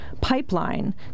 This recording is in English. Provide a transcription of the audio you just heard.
pipeline